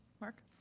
Mark